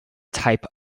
type